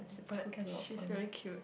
but she's very cute